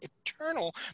Eternal